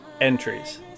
entries